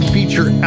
Feature